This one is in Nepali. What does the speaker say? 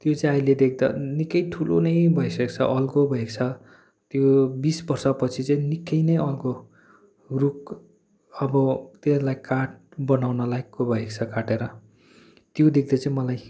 त्यो चाहिँ अहिले देख्दा निकै ठुलो नै भइसकेको छ अल्गो भएको छ त्यो बिस वर्षपछि चाहिँ निकै नै अल्गो रुख अब त्यसलाई काठ बनाउन लायकको भएको छ काटेर त्यो देख्दा चाहिँ मलाई